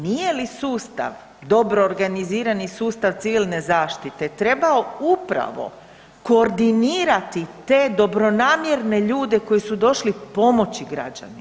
Nije li sustav dobro organizirani sustav civilne zaštite trebao upravo koordinirati te dobronamjerne ljude koji su došli pomoći građanima?